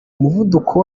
umuvuduko